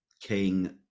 king